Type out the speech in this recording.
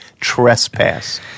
trespass